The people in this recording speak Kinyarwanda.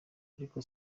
ariko